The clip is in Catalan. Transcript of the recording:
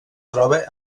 troba